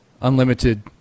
unlimited